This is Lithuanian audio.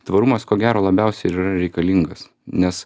tvarumas ko gero labiausiai ir yra reikalingas nes